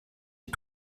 die